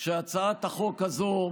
שהצעת החוק הזאת,